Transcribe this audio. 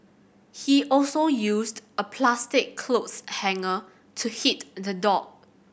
he also used a plastic clothes hanger to hit the dog